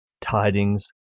tidings